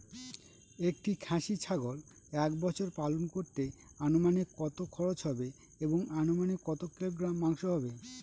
একটি খাসি ছাগল এক বছর পালন করতে অনুমানিক কত খরচ হবে এবং অনুমানিক কত কিলোগ্রাম মাংস হবে?